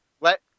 let